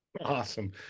Awesome